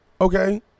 Okay